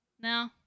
No